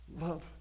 love